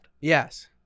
Yes